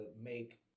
make